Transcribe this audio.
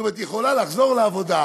זאת אומרת, היא יכולה לחזור לעבודה.